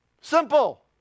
Simple